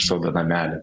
sodo namelį